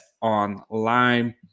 Online